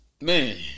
Man